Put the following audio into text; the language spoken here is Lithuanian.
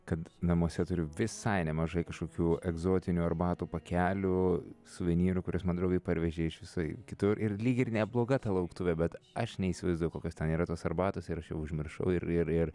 kad namuose turiu visai nemažai kažkokių egzotinių arbatų pakelių suvenyrų kuriuos man draugai parvežė iš visai kitur ir lyg ir nebloga ta lauktuvė bet aš neįsivaizduoju kokios ten yra tos arbatos ir aš jau užmiršau ir ir ir